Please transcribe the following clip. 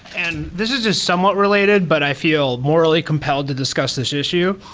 and this is just somewhat related, but i feel morally compelled to discuss this issue,